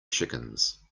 chickens